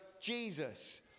Jesus